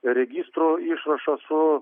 registro išrašą su